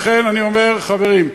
לכן אני אומר, חברים,